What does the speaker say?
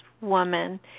woman